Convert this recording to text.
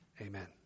Amen